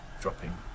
dropping